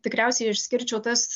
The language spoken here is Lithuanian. tikriausiai išskirčiau tas